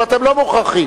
אבל אתם לא מוכרחים.